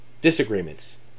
disagreements